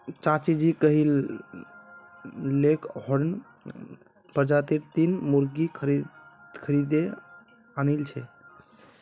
चाचाजी कइल लेगहॉर्न प्रजातीर तीन मुर्गि खरीदे आनिल छ